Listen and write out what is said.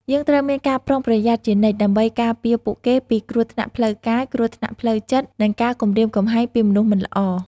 យើងត្រូវមានការប្រុងប្រយ័ត្នជានិច្ចដើម្បីការពារពួកគេពី គ្រោះថ្នាក់ផ្លូវកាយ គ្រោះថ្នាក់ផ្លូវចិត្ត និងការគំរាមកំហែងពីមនុស្សមិនល្អ។